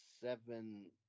seven